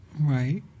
right